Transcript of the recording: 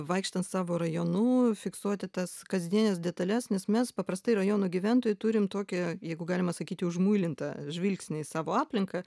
vaikštant savo rajonu fiksuoti tas kasdienes detales nes mes paprastai rajono gyventojai turim tokį jeigu galima sakyti užmuilintą žvilgsnį į savo aplinką